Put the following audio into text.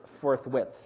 forthwith